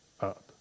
up